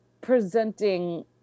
presenting